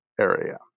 area